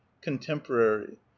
contemporary